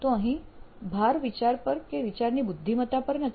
તો અહીં ભાર વિચાર પર કે વિચારની બુદ્ધિમતા પર નથી